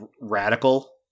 radical